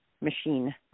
machine